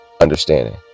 understanding